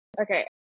okay